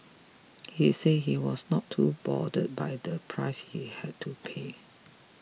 he said he was not too bothered by the price he had to pay